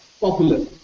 popular